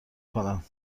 کنم